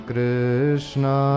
Krishna